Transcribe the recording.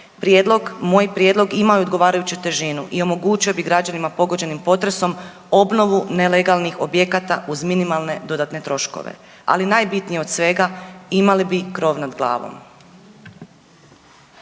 Prijedlog, moj prijedlog imao je odgovarajuću težinu i omogućio bi građanima pogođenim potresom obnovu nelegalnih objekata uz minimalne dodatne troškove. Ali najbitnije od svega imali bi krov nad glavom.